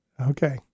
Okay